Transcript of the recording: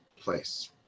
place